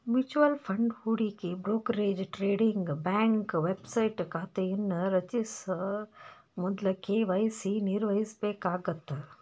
mutual fund ಹೂಡಿಕೆ brokerage trading bank website ಖಾತೆಯನ್ನ ರಚಿಸ ಮೊದ್ಲ ಕೆ.ವಾಯ್.ಸಿ ನಿರ್ವಹಿಸಬೇಕಾಗತ್ತ